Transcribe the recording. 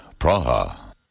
Praha